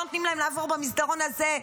לא נותנים להם לעבור במסדרון הזה.